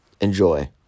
Enjoy